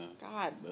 God